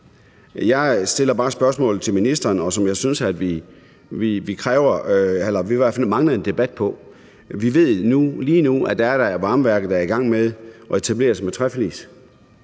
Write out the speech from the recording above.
Jeg stiller bare spørgsmålet til ministeren, og jeg synes vi mangler en debat om det. Vi ved, at der er et varmeværk, der nu er i gang med at etablere sig med træflis.